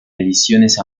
ediciones